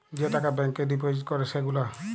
যে টাকা ব্যাংকে ডিপজিট ক্যরে সে গুলা